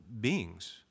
beings